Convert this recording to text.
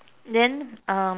then um